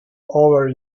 over